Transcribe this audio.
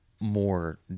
more